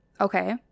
Okay